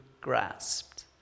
grasped